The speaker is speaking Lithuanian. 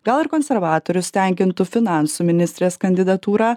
gal ir konservatorius tenkintų finansų ministrės kandidatūra